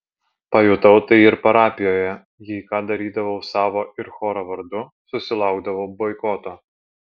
pajutau tai ir parapijoje jeigu ką darydavau savo ir choro vardu susilaukdavau boikoto